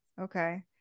okay